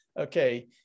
okay